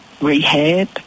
rehab